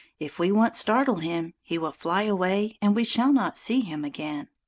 if we once startle him, he will fly away and we shall not see him again.